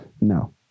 no